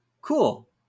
cool